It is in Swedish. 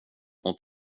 nåt